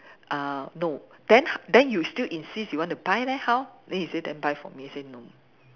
uh no then then you still insist you want to buy leh how then he say then buy for me I say no